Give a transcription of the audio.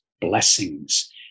blessings